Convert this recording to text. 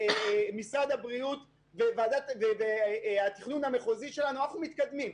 משרד הבריאות וועדת התכנון המחוזי שלנו מתקדמים.